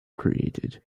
created